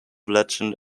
legend